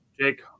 Jake